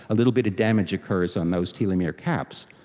a little bit of damage occurs on those telomere caps.